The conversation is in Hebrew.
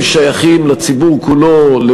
הם שייכים לציבור כולו,